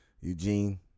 Eugene